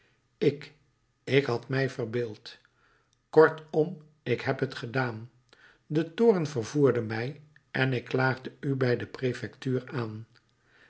ik ik had mij verbeeld kortom ik heb t gedaan de toorn vervoerde mij en ik klaagde u bij de prefectuur aan